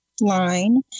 line